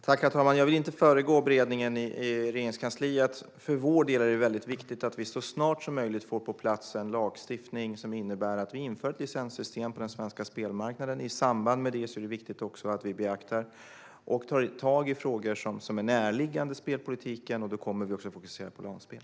Herr talman! Jag vill inte föregå beredningen i Regeringskansliet. För vår del är det viktigt att vi så snart som möjligt får på plats lagstiftning som innebär att vi inför ett licenssystem på den svenska spelmarknaden. I samband med det är det viktigt att vi beaktar och tar tag i frågor som är närliggande spelpolitiken. Då kommer vi också att fokusera på LAN-spel.